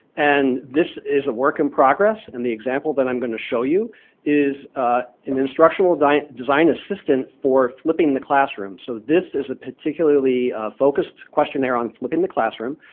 and this is a work in progress and the example that i'm gonna show you is an instructional design assistant for flipping the classroom, so this is a particularly focused questionnaire on flipping the classroom.